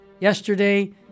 yesterday